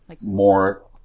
more